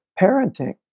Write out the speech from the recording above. parenting